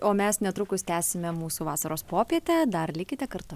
o mes netrukus tęsime mūsų vasaros popietę dar likite kartu